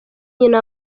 nyina